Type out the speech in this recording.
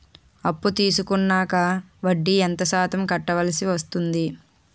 అప్పు తీసుకున్నాక వడ్డీ ఎంత శాతం కట్టవల్సి వస్తుంది?